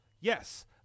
Yes